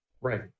right